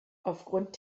aufgrund